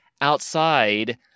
outside